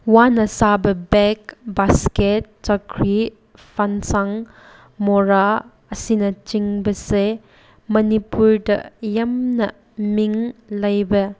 ꯋꯥꯅ ꯁꯥꯕ ꯕꯦꯛ ꯕꯥꯁꯀꯦꯠ ꯆꯀ꯭ꯔꯤ ꯐꯥꯟꯁꯥꯡ ꯃꯣꯔꯥ ꯑꯁꯤꯅꯆꯤꯡꯕꯁꯦ ꯃꯅꯤꯄꯨꯔꯗ ꯌꯥꯝꯅ ꯃꯤꯡ ꯂꯩꯕ